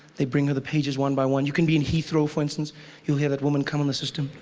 they bring her the pages one by one. you can be in heathrow for instance you'll hear that woman come on the system